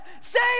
save